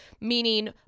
meaning